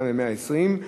22 ו-120.